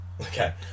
Okay